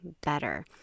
better